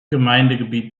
gemeindegebiet